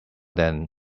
than